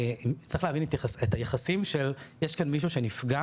צריך להבין את היחסים של 'יש כאן מישהו שנפגע'